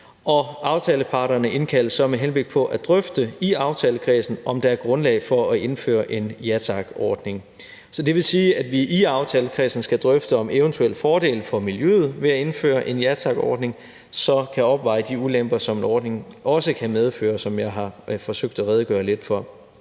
aftaleparterne indkaldes så med henblik på at drøfte i aftalekredsen, om der er grundlag for at indføre en Ja Tak-ordning. Det vil sige, at vi i aftalekredsen skal drøfte om eventuelle fordele for miljøet ved at indføre en Ja Tak-ordning, som kan opveje de ulemper, som ordningen også kan medføre, og som jeg har forsøgt at redegøre lidt for.